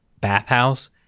bathhouse